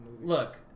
Look